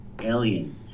alien